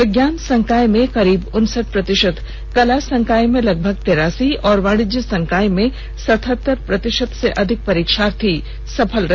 विज्ञान संकाय में करीब उनसठ प्रतिषत कला संकाय में लगभग तिरासी और वाणिज्य संकाय में सतहत्तर प्रतिषत से अधिक परीक्षार्थी सफल रहे